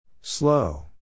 Slow